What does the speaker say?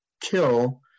kill